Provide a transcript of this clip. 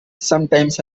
sometimes